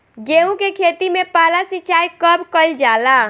गेहू के खेती मे पहला सिंचाई कब कईल जाला?